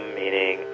meaning